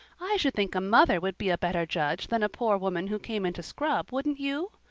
i should think a mother would be a better judge than a poor woman who came in to scrub, wouldn't you?